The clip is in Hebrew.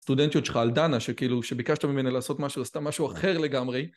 סטודנטיות שלך על דנה, שביקשת ממנה לעשות משהו, עשתה משהו אחר לגמרי.